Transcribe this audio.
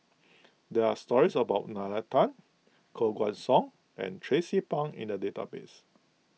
there are stories about Nalla Tan Koh Guan Song and Tracie Pang in the database